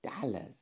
dollars